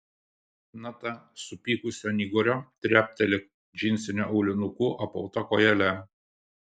nata supykusi ant igorio trepteli džinsiniu aulinuku apauta kojele